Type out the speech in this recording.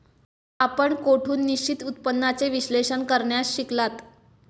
आपण कोठून निश्चित उत्पन्नाचे विश्लेषण करण्यास शिकलात?